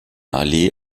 allee